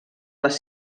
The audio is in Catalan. les